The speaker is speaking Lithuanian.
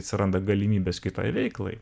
atsiranda galimybės kitai veiklai